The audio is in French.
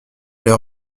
les